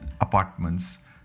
apartments